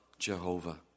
Jehovah